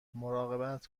مراقبت